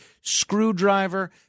screwdriver